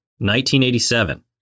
1987